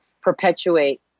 perpetuate